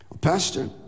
Pastor